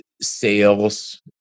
sales